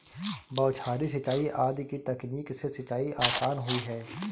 बौछारी सिंचाई आदि की तकनीक से सिंचाई आसान हुई है